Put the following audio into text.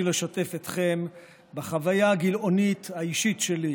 לשתף אתכם בחוויה הגילאונית האישית שלי.